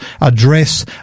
address